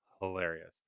hilarious